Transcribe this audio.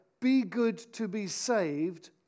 be-good-to-be-saved